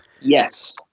yes